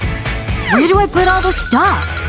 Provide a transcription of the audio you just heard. where do i put all this stuff?